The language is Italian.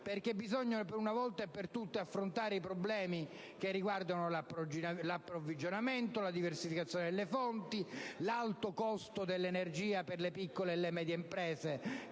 perché bisogna, una volta per tutte, affrontare i problemi che riguardano l'approvvigionamento, la diversificazione delle fonti, l'alto costo dell'energia per le piccole e medie imprese,